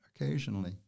occasionally